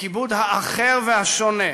לכיבוד האחר והשונה,